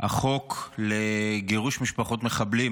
החוק לגירוש משפחות מחבלים